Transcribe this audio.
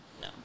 No